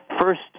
first